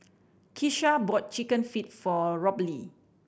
Keisha bought Chicken Feet for Robley